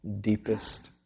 deepest